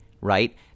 right